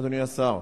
אדוני השר,